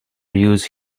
use